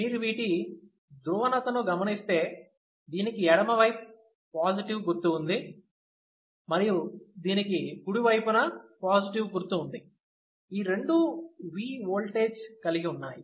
మీరు వీటి ధ్రువణతని గమనిస్తే దీనికి ఎడమవైపు పాజిటివ్ గుర్తు ఉంది మరియు దీనికి కుడివైపున పాజిటివ్ గుర్తు ఉంది ఈ రెండూ V ఓల్టేజ్ కలిగి ఉన్నాయి